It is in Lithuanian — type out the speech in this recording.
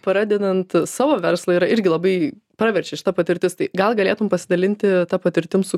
pradedant savo verslą yra irgi labai praverčia šita patirtis tai gal galėtum pasidalinti ta patirtim su